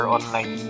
Online